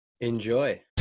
Enjoy